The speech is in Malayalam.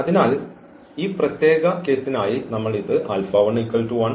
അതിനാൽ ഈ പ്രത്യേക കേസിനായി നമ്മൾ ഇത് ആയി തിരഞ്ഞെടുക്കുന്നു